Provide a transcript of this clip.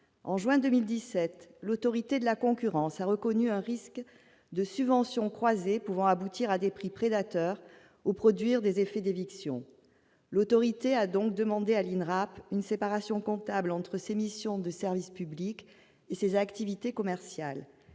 En juin 2017, l'Autorité de la concurrence a reconnu un risque de « subventions croisées pouvant aboutir à des prix prédateurs ou produire des effets d'éviction ». Cette instance a donc demandé à l'INRAP une séparation comptable entre ses missions de service public et ses activités commerciales.